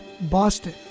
Boston